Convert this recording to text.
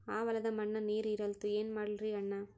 ಆ ಹೊಲದ ಮಣ್ಣ ನೀರ್ ಹೀರಲ್ತು, ಏನ ಮಾಡಲಿರಿ ಅಣ್ಣಾ?